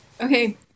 Okay